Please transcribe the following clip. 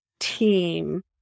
team